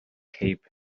cape